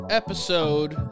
episode